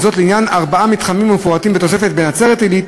וזאת לעניין ארבעה מתחמים המפורטים בתוספת: בנצרת-עילית,